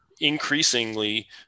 increasingly